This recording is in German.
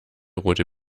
rote